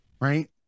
right